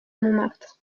montmartre